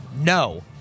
No